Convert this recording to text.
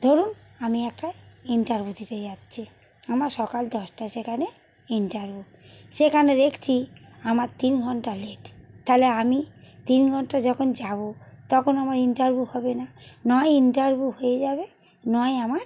ধরুন আমি একটা ইন্টারভিউ দিতে যাচ্ছি আমার সকাল দশটায় সেখানে ইন্টারভিউ সেখানে দেখছি আমার তিন ঘন্টা লেট তাহলে আমি তিন ঘন্টা যখন যাবো তখন আমার ইন্টারভিউ হবে না নয় ইন্টারভিউ হয়ে যাবে নয় আমার